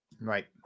Right